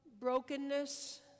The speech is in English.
brokenness